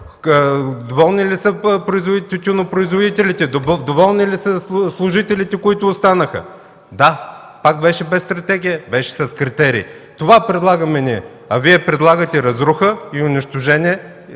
Доволни ли са тютюнопроизводителите? Доволни ли са служителите, които останаха? Да. Пак беше без стратегия, беше с критерии. Това предлагаме ние. А Вие предлагате разруха и унищожение